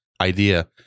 idea